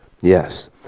yes